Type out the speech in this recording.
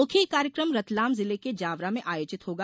मुख्य कार्यक्रम रतलाम जिले के जावरा में आयोजित होगा